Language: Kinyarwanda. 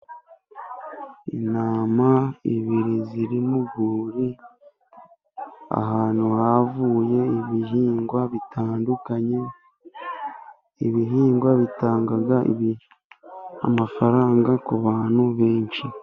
Intama ebyiri ziri mu rwuri, ahantu havuye ibihingwa bitandukanye, ibihingwa bitanga amafaranga ku bantu benshi.